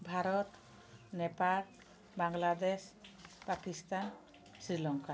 Bharat Nepal Bangladesh Pakistan Sri Lanka